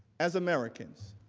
as americans,